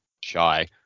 shy